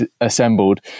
assembled